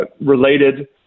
related